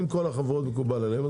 אם כל החברות מקובל עליהן,